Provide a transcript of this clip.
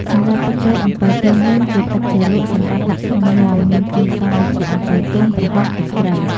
សម្រាប់ទឹកត្រីអំពិលទុំវិញ ជាទឹកជ្រលក់សម្រាប់ដាក់ក្នុងញាំមានគ្រឿងផ្សំដូចជា អំពិលទុំ ប្រហុក ទឺកត្រី។